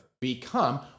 Become